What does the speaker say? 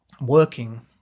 working